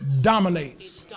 dominates